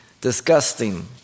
disgusting